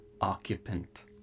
occupant